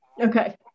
Okay